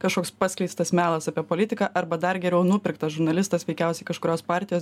kažkoks paskleistas melas apie politiką arba dar geriau nupirktas žurnalistas veikiausiai kažkurios partijos